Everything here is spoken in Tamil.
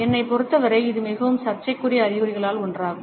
என்னைப் பொறுத்தவரை இது மிகவும் சர்ச்சைக்குரிய அறிகுறிகளில் ஒன்றாகும்